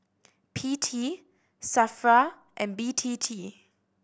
P T SAFRA and B T T